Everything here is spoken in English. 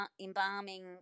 embalming